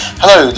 hello